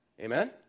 Amen